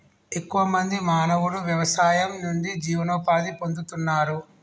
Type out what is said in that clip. ఎక్కువ మంది మానవులు వ్యవసాయం నుండి జీవనోపాధి పొందుతున్నారు